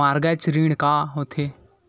Mortgage ऋण का होथे?